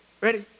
Ready